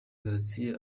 gratien